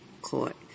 Court